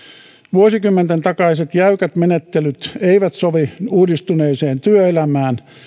vuosikymmenten takaiset jäykät menettelyt eivät sovi uudistuneeseen työelämään